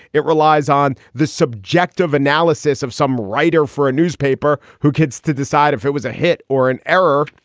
it relies on the subjective analysis of some writer for a newspaper who kids to decide if it was a hit or an error.